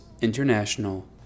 International